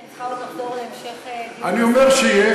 כי אני צריכה עוד לחזור להמשך דיון --- אני אומר שיש,